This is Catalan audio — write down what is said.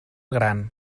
gran